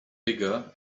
bigger